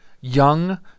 young